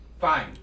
fine